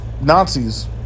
nazis